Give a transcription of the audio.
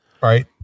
Right